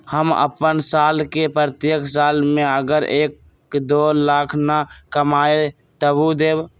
हम अपन साल के प्रत्येक साल मे अगर एक, दो लाख न कमाये तवु देम?